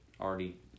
already